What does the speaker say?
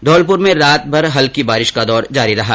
धौलपुर में रातभर हल्की बारिश का दौर जारी रहा